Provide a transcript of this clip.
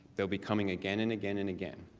they will be coming again and again and again.